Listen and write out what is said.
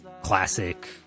classic